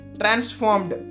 transformed